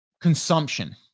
consumption